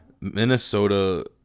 Minnesota